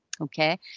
Okay